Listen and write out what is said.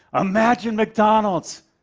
imagine mcdonald's.